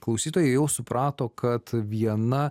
klausytojai jau suprato kad viena